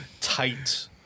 tight